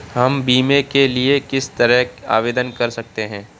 हम बीमे के लिए किस तरह आवेदन कर सकते हैं?